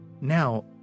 now